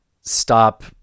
stop